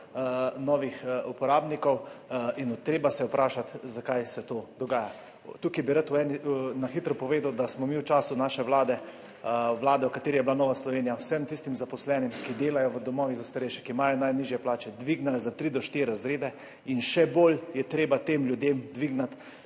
novih uporabnikov in treba se je vprašati, zakaj se to dogaja. Tukaj bi rad na hitro povedal, da smo mi v času naše Vlade, Vlade v kateri je bila Nova Slovenija, vsem tistim zaposlenim, ki delajo v domovih za starejše, ki imajo najnižje plače, dvignili za tri do štiri razrede in še bolj je treba tem ljudem dvigniti